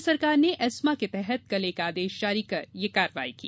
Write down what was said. राज्य सरकार ने एस्मा के तहत कल एक आदेश जारी कर ये कार्रवाई की